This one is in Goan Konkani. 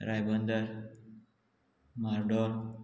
रायबंदर म्हार्दोळ